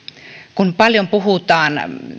kun paljon puhutaan